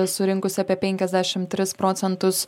surinkusi apie penkiasdešim tris procentus